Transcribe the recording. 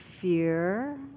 fear